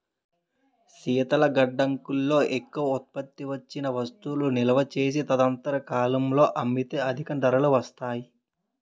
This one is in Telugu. శీతల గడ్డంగుల్లో ఎక్కువ ఉత్పత్తి వచ్చిన వస్తువులు నిలువ చేసి తదనంతర కాలంలో అమ్మితే అధిక ధరలు వస్తాయి